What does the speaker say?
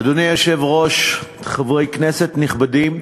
אדוני היושב-ראש, חברי כנסת נכבדים,